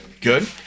good